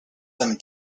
them